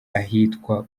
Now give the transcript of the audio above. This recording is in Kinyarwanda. ahitwa